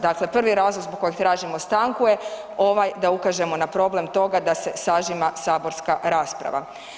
Dakle, prvi razlog zbog kojeg tražimo stanku je ovaj da ukažemo na problem toga da se sažima saborska rasprava.